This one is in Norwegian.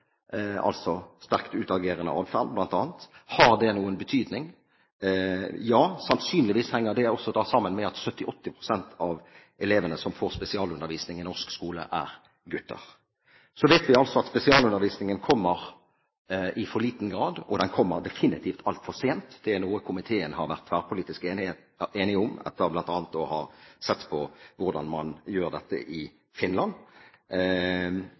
altså bl.a. sterkt utagerende atferd. Har det noen betydning? Ja, sannsynligvis henger det også sammen med at 70–80 pst. av elevene som får spesialundervisning i norsk skole, er gutter. Så vet vi at spesialundervisningen kommer i for liten grad, og den kommer definitivt altfor sent. Det er noe komiteen har vært tverrpolitisk enig om etter bl.a. å ha sett på hvordan man gjør dette i Finland.